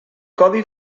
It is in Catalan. codi